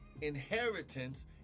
inheritance